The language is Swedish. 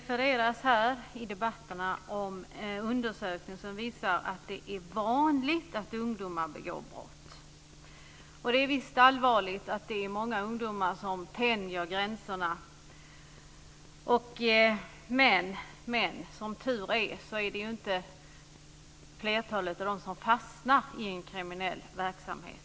Fru talman! I debatterna refereras till en undersökning som visar att det är vanligt att ungdomar begår brott. Det är allvarligt att många ungdomar tänjer gränserna, men som tur är fastnar inte flertalet av dem i kriminell verksamhet.